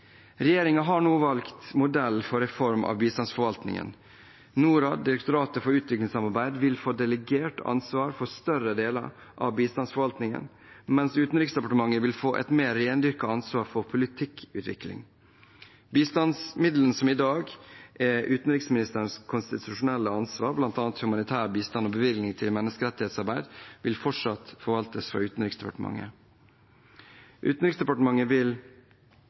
har nå valgt modell for reform av bistandsforvaltningen. Norad, Direktoratet for utviklingssamarbeid, vil få delegert ansvar for større deler av bistandsforvaltningen, mens Utenriksdepartementet vil få et mer rendyrket ansvar for politikkutvikling. Bistandsmidlene som i dag er utenriksministerens konstitusjonelle ansvar, bl.a. til humanitær bistand og bevilgninger til menneskerettighetsarbeid, vil fortsatt forvaltes fra Utenriksdepartementet. Utenriksdepartementet vil